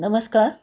नमस्कार